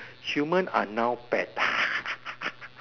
human are now pet